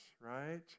right